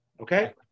Okay